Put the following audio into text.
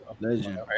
legend